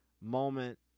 moment